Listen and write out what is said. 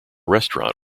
restaurant